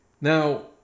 Now